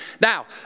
Now